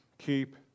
Keep